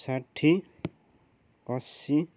साठी असी